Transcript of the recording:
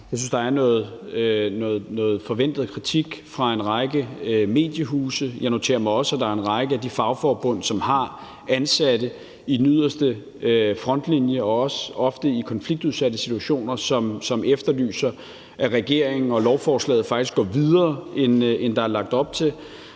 Jeg synes, at der er noget forventet kritik fra en række mediehuse. Jeg noterer mig også, at der er en række af de fagforbund, som har ansatte i den yderste frontlinje og ofte også i konfliktfyldte og udsatte situationer, som efterlyser, at regeringen med lovforslaget går videre, end der er lagt op til.